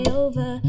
over